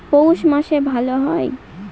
পৌষ মাসে ভালো হয়?